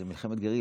זו מלחמת גרילה.